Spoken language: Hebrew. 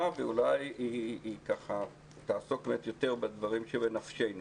ואולי היא תעסוק באמת יותר בדברים שבנפשנו.